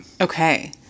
Okay